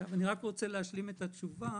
אני רק רוצה להשלים את התשובה